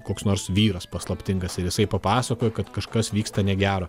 koks nors vyras paslaptingas ir jisai papasakojo kad kažkas vyksta negero